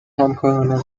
همکارانم